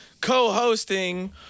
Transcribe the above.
co-hosting